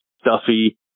stuffy